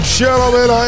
gentlemen